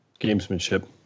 gamesmanship